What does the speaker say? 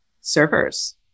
servers